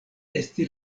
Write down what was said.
esti